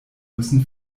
müssen